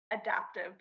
adaptive